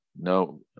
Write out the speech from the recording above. no